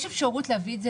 יש אפשרות להביא את זה